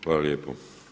Hvala lijepo.